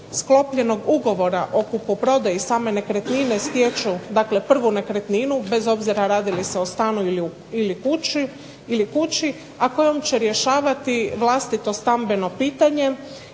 sklopljenog ugovora o kupoprodaji same nekretnine stječu dakle prvu nekretninu, bez obzira radi li se o stanu ili kući, a kojom će rješavati vlastito stambeno pitanje